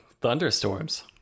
thunderstorms